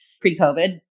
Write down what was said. pre-COVID